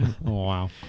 Wow